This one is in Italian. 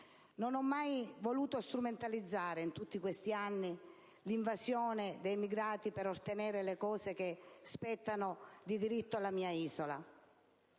Non ho mai voluto strumentalizzare in tutti questi anni l'invasione degli immigrati per ottenere cose che spettano di diritto alla mia isola.